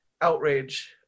outrage